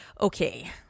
okay